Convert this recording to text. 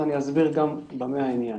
ואסביר במה העניין.